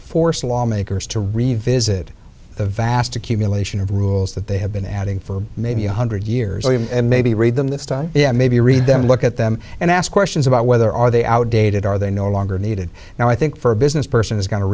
force lawmakers to revisit the vast accumulation of rules that they have been adding for maybe one hundred years and maybe read them this time it may be read them look at them and ask questions about whether are they outdated are they no longer needed now i think for a businessperson is go